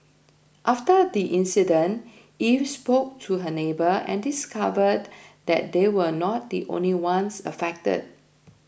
after the incident eve spoke to her neighbour and discovered that they were not the only ones affected